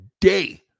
day